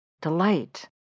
Delight